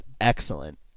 excellent